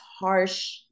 harsh